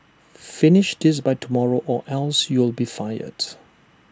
finish this by tomorrow or else you'll be fired